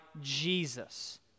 Jesus